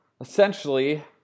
essentially